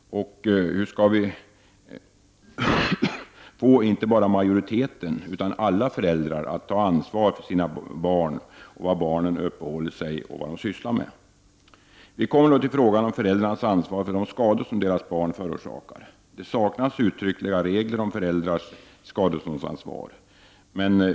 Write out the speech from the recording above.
Hur skall vi få inte bara majoriteten av föräldrarna utan alla föräldrar att ta ansvar för var deras barn uppehåller sig och vad de sysslar med? Vi kommer då till frågan om föräldrarnas ansvar för de skador som deras barn förorsakar. Det saknas uttryckliga regler om föräldrars skadeståndsansvar.